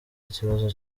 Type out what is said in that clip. ikibazo